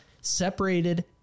separated